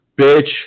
bitch